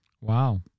wow